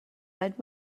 read